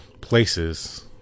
places